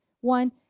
One